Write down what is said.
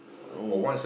no